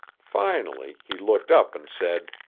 finally he looked up and said,